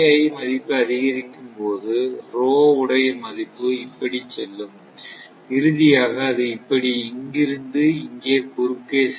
மதிப்பை அதிகரிக்கும் போது உடைய மதிப்பு இப்படி செல்லும் இறுதியாக அது இப்படி இங்கிருந்து இங்கே குறுக்கே செல்லும்